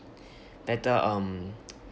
better um